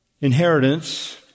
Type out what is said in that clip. inheritance